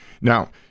Now